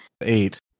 eight